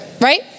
right